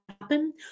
happen